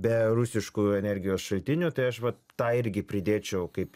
be rusiškų energijos šaltinių tai aš vat tą irgi pridėčiau kaip